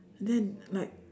then like